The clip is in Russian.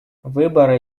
выборы